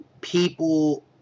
people